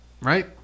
right